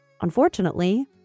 Unfortunately